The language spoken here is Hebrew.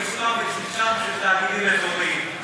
במספר מצומצם של תאגידים אזוריים.